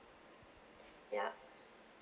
yup